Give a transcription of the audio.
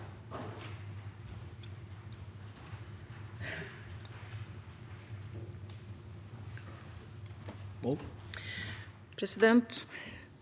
Presidenten